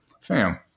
fam